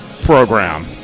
program